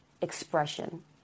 expression